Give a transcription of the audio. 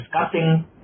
discussing